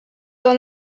dans